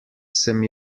sem